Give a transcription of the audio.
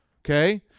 Okay